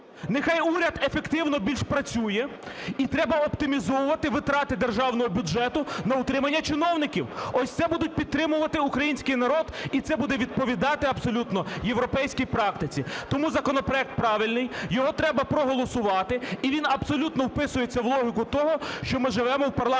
нехай уряд ефективно більш працює, і треба оптимізовувати витрати державного бюджету на утримання чиновників. Ось це буде підтримувати український народ, і це буде відповідати абсолютно європейській практиці. Тому законопроект правильний, його треба проголосувати, і він абсолютно вписується в логіку того, що ми живемо у парламентській